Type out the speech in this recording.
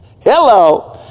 Hello